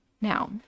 Now